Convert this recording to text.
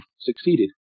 succeeded